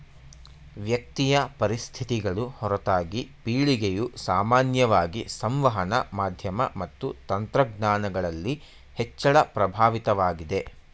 ವ್ಯಕ್ತಿಯ ಪರಿಸ್ಥಿತಿಗಳು ಹೊರತಾಗಿ ಪೀಳಿಗೆಯು ಸಾಮಾನ್ಯವಾಗಿ ಸಂವಹನ ಮಾಧ್ಯಮ ಮತ್ತು ತಂತ್ರಜ್ಞಾನಗಳಲ್ಲಿ ಹೆಚ್ಚಳ ಪ್ರಭಾವಿತವಾಗಿದೆ